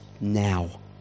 now